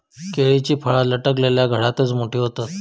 केळीची फळा लटकलल्या घडातच मोठी होतत